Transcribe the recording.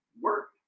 work